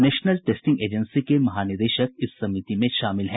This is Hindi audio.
नेशनल टेस्टिंग एजेंसी के महानिदेशक इस समिति में शामिल हैं